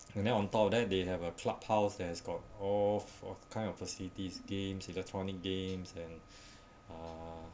and then on top of that they have a clubhouse that has got off of kind of facilities games electronic games and uh